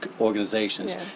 organizations